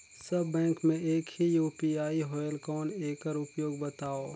सब bank मे एक ही यू.पी.आई होएल कौन एकर उपयोग बताव?